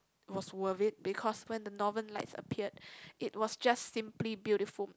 was worth it because when the Northern Lights appeared it was just simply beautiful